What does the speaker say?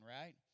right